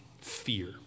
fear